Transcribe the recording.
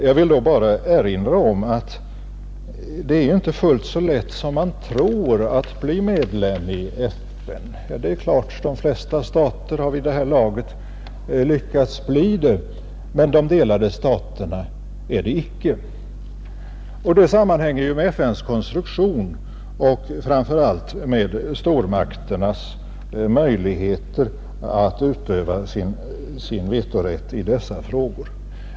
Jag vill då bara erinra om att det inte är fullt så lätt som man tror att bli medlem i FN. Det är klart att de flesta stater vid det här laget har lyckats bli det, men icke de delade staterna. Detta sammanhänger ju med FN:s konstruktion och framför allt med stormakternas möjligheter att utöva sin vetorätt i dessa frågor.